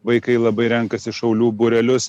vaikai labai renkasi šaulių būrelius